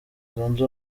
zunze